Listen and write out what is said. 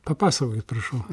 papasakokit prašau